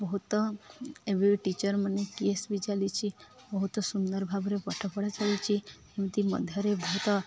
ବହୁତ ଏବେ ଟିଚରମାନେ କିଏସ୍ ବି ଚାଲିଚି ବହୁତ ସୁନ୍ଦର ଭାବରେ ପାଠ ପଢ଼ା ଚାଲିଚି ଏମିତି ମଧ୍ୟରେ ବହୁତ